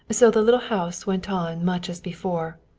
so the little house went on much as before.